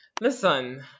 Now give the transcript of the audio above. Listen